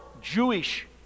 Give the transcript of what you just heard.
Jewish